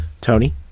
Tony